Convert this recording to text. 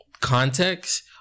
context